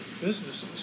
businesses